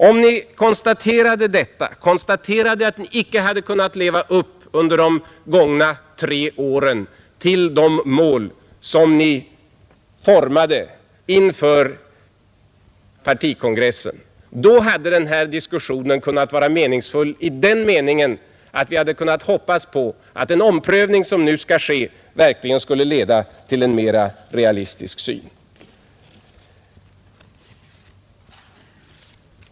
Om Ni konstaterade att Ni under de gångna tre åren icke kunnat leva upp till de mål som Ni formade inför partikongressen, då hade den här diskussionen kunnat vara meningsfull så till vida att vi kunnat hoppas på att den omprövning som nu skall ske verkligen skulle leda till en mera realistisk syn.